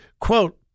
Quote